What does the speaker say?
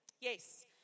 Yes